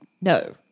no